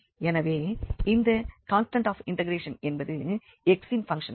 எனவே இந்த constant of integration என்பது x இன் பங்க்ஷனாகும்